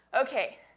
okay